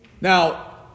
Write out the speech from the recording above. Now